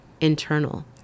internal